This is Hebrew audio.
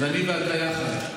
אז אני ואתה יחד.